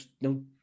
no